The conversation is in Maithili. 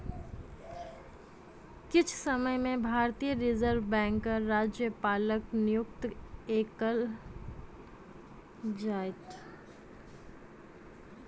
किछ समय में भारतीय रिज़र्व बैंकक राज्यपालक नियुक्ति कएल जाइत